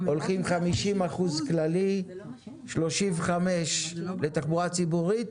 הולכים 50% כללי, 35 לתחבורה ציבורית